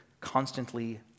constantly